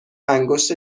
انگشت